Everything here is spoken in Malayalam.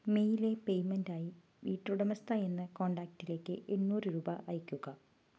മെയിലെ പേയ്മെൻറ്റായി വീട്ടുടമസ്ഥ എന്ന കോണ്ടാക്ടിലേക്ക് എണ്ണൂറ് രൂപ അയയ്ക്കുക